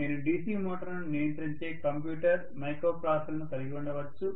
నేను DC మోటారును నియంత్రించే కంప్యూటర్ మైక్రోప్రాసెసర్లను కలిగి ఉండవచ్చు